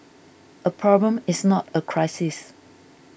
a problem is not a crisis